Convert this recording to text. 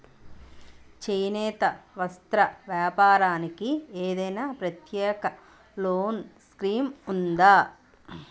చేనేత వస్త్ర వ్యాపారానికి ఏదైనా ప్రత్యేక లోన్ స్కీం ఉందా?